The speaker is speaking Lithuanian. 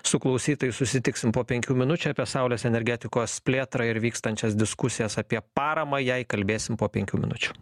su klausytojais susitiksim po penkių minučių apie saulės energetikos plėtrą ir vykstančias diskusijas apie paramą jai kalbėsim po penkių minučių